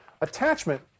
Attachment